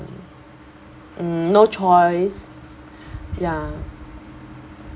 mm no choice ya